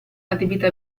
adibita